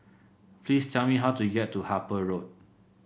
please tell me how to get to Harper Road